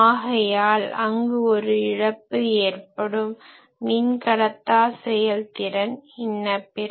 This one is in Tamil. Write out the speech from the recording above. ஆகையால் அங்கு ஒரு இழப்பு ஏற்படும் மின்கடத்தா செயல்திறன் இன்ன பிற